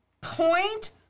Point